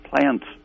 plants